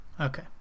Okay